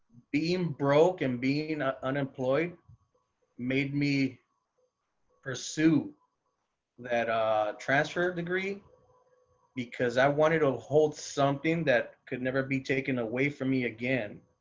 beam broke and being ah unemployed made me pursue that a transfer degree because i wanted to hold something that could never be taken away from me again.